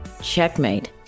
Checkmate